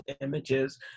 images